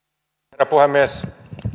herra puhemies